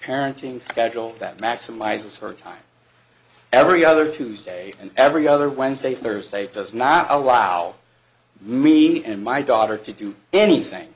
parenting schedule that maximizes her time every other tuesday and every other wednesday thursday does not allow me and my daughter to do anything